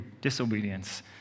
disobedience